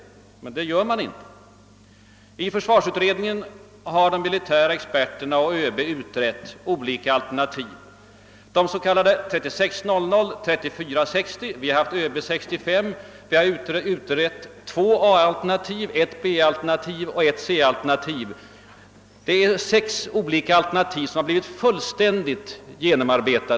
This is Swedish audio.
Men det gör de inte. Försvarsutredningen och de militära experterna samt ÖB har utrett olika alternativ, de s.k. 3 600, 3460, öB 65 samt två A-, ett B och ett C-alternativ. Sju olika alternativ har blivit fullständigt genomarbetade.